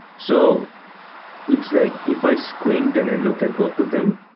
so it's like if i squint and i look at both of them,